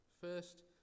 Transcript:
first